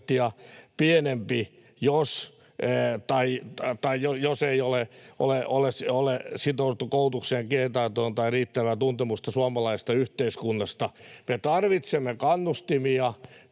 pienempi, jos ei ole sitouduttu koulutukseen, kielitaitoon tai riittävään tuntemukseen suomalaisesta yhteiskunnasta. Me tarvitsemme kannustimia